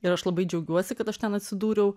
ir aš labai džiaugiuosi kad aš ten atsidūriau